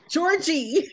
Georgie